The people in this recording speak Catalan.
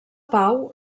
pau